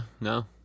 No